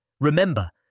Remember